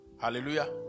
hallelujah